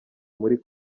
muri